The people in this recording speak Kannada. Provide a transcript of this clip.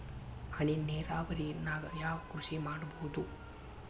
ಹನಿ ನೇರಾವರಿ ನಾಗ್ ಯಾವ್ ಕೃಷಿ ಮಾಡ್ಬೋದು?